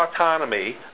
autonomy